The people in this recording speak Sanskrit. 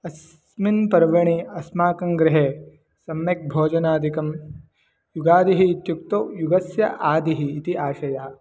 अस्मिन् पर्वणि अस्माकङ्गृहे सम्यक् भोजनादिकं युगादिः इत्युक्तौ युगस्य आदिः इति आशयः